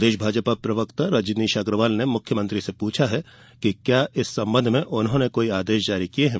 प्रदेश भाजपा प्रवक्ता रजनीश अग्रवाल ने मुख्यमंत्री से पूछा है कि क्या इस संबंध में उन्होंने कोई आदेश जारी किये हैं